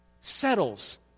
settles